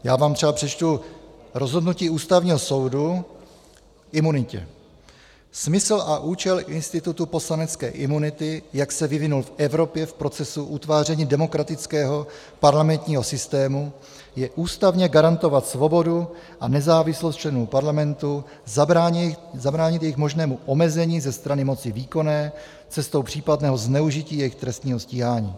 Já vám třeba přečtu rozhodnutí Ústavního soudu k imunitě: Smysl a účel institutu poslanecké imunity, jak se vyvinul v Evropě v procesu utváření demokratického parlamentního systému, je ústavně garantovat svobodu a nezávislost členů parlamentů, zabránit jejich možnému omezení ze strany moci výkonné cestou případného zneužití jejich trestního stíhání.